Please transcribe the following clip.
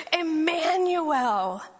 Emmanuel